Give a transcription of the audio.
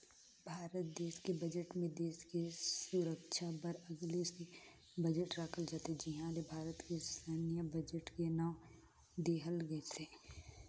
भारत देस के बजट मे देस के सुरक्छा बर अगले से बजट राखल जाथे जिहां ले भारत के सैन्य बजट के नांव देहल गइसे